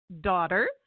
daughter